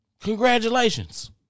Congratulations